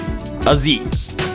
Aziz